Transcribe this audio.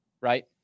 right